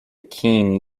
keen